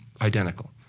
identical